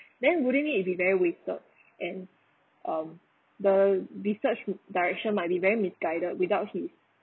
then wouldn't it be very wasted and um the research wi~ direction might be very misguided without his